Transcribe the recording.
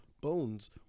Bones